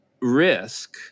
risk